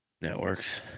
networks